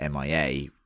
MIA